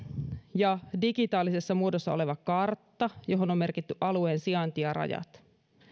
ja digitaalisessa muodossa oleva kartta johon on merkitty alueen sijainti ja rajat